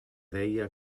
deia